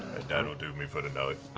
that'll do me for the night.